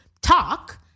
talk